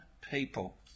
people